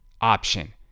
option